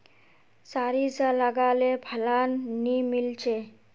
सारिसा लगाले फलान नि मीलचे?